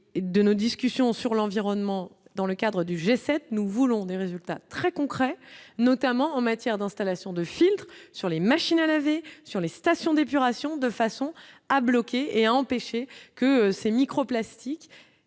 de nos discussions sur l'environnement dans le cadre du G7, nous voulons des résultats très concrets, notamment en matière d'installation de filtres sur les machines à laver sur les stations d'épuration de façon à bloquer et empêcher que ces microplastiques